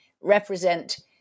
represent